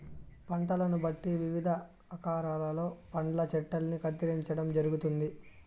పంటలను బట్టి వివిధ ఆకారాలలో పండ్ల చెట్టల్ని కత్తిరించడం జరుగుతుంది